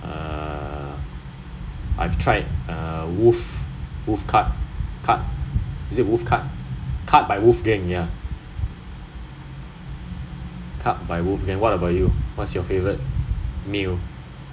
err I‘ve tried uh wolf wolf cut wolf cut cut is it wolf cut cut by wolf gang ya cut by wolf gang what about you what's your favourite meal